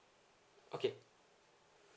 okay